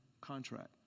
contract